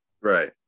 right